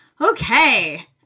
Okay